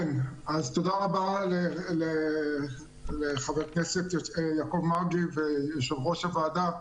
תודה רבה לחבר הכנסת יעקב מרגי יושב-ראש הוועדה.